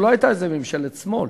ורבותי, זו לא הייתה איזו ממשלת שמאל.